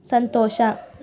ಸಂತೋಷ